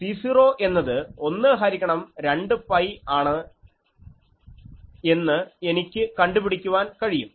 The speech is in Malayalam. C0 എന്നത് 1 ഹരിക്കണം 2 പൈ ആണെന്ന് എനിക്ക് കണ്ടുപിടിക്കാൻ കഴിയും